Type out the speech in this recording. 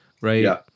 right